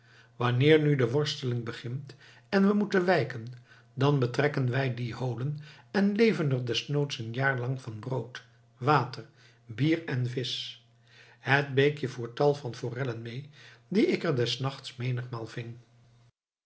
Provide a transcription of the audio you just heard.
wanneer nu de worsteling begint en we moeten wijken dan betrekken wij die holen en leven er desnoods een jaar lang van brood water bier en visch het beekje voert tal van forellen mede die ik er des nachts menigmaal ving